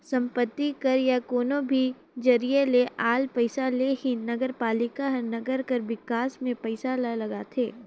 संपत्ति कर या कोनो भी जरिए ले आल पइसा ले ही नगरपालिका हर नंगर कर बिकास में पइसा ल लगाथे